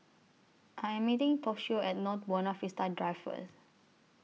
I Am meeting Toshio At North Buona Vista Drive First